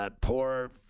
Poor